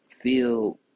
Feel